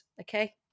Okay